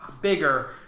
bigger